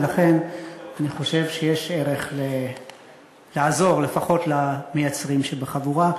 ולכן אני חושב שיש ערך לעזור לפחות למייצרים שבחבורה.